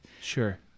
Sure